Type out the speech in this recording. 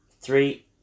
Three